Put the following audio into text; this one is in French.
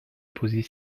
poser